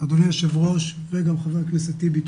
אדוני היושב-ראש וגם חבר הכנסת טיבי,